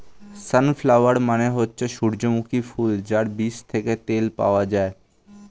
sunflower মানে হচ্ছে সূর্যমুখী ফুল যার বীজ থেকে তেল পাওয়া যায়